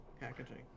packaging